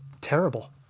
terrible